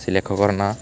ସେ ଲେଖକର୍ ନାଁ